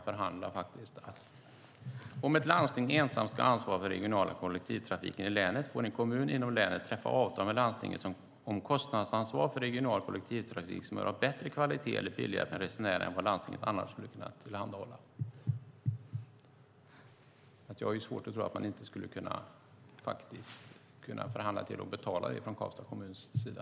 I paragrafen står följande: Om ett landsting ensamt ska ha ansvar för den regionala kollektivtrafiken i länet får en kommun inom länet träffa avtal med landstinget om kostnadsansvar för regional kollektivtrafik som är av bättre kvalitet eller billigare för resenären än vad landstinget annars skulle ha kunnat tillhandahålla. Jag har svårt att tro att det inte skulle gå att förhandla om att man ska kunna betala för det från Karlstads kommuns sida.